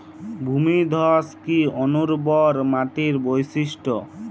ভূমিধস কি অনুর্বর মাটির বৈশিষ্ট্য?